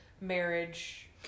marriage